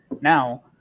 Now